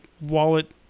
wallet